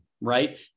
right